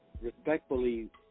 Respectfully